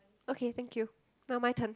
okay thank you now my turn